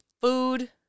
food